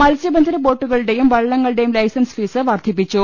മത്സ്യബന്ധന ബോട്ടുകളുടെയും വള്ളങ്ങളുടെയും ലൈസൻസ് ഫീസ് വർദ്ധിപ്പിച്ചു